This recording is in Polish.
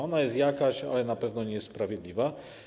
Ona jest jakaś, ale na pewno nie jest sprawiedliwa.